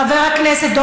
חברת הכנסת פדידה.